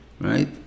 right